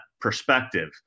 perspective